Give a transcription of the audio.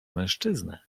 mężczyznę